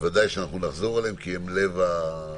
ודאי שנחזור אליהם כי הם לב החקיקה,